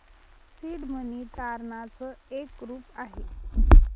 seed money तारणाच एक रूप आहे